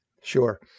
Sure